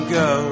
go